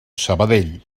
sabadell